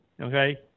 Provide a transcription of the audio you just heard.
okay